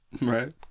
Right